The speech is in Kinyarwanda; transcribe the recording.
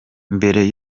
mbere